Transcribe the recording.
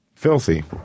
Filthy